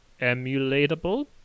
emulatable